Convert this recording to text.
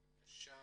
בבקשה,